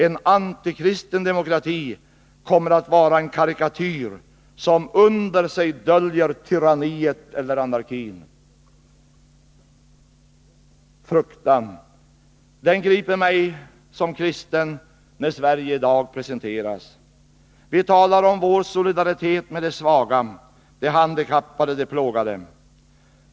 En antikristen demokrati kommer att vara en karikatyr som under sig döljer tyranniet eller Nr 39 anarkin: Torsdagen den Fruktan — den griper mig som kristen när Sverige i dag presenteras. Vi talar 2 december 1982 om vår solidaritet med de svaga, de handikappade och de plågade.